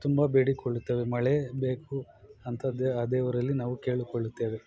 ತುಂಬ ಬೇಡಿಕೊಳ್ಳುತ್ತೇವೆ ಮಳೆ ಬೇಕು ಅಂತ ದೇ ಆ ದೇವರಲ್ಲಿ ನಾವು ಕೇಳಿಕೊಳ್ಳುತ್ತೇವೆ